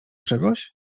czegoś